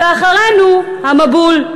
ואחרינו המבול.